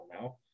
now